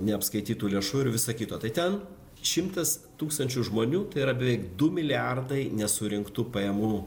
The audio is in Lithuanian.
neapskaitytų lėšų ir viso kito tai ten šimtas tūkstančių žmonių tai yra beveik du milijardai nesurinktų pajamų